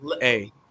Hey